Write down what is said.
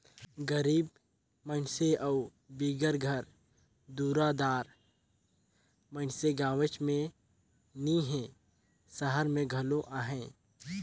गरीब मइनसे अउ बिगर घर दुरा दार मइनसे गाँवेच में नी हें, सहर में घलो अहें